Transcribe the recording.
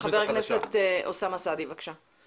חבר הכנסת אוסמה סעדי, בבקשה.